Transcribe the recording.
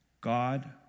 God